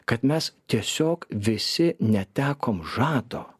kad mes tiesiog visi netekom žado